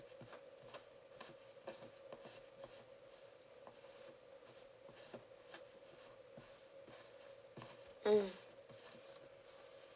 mm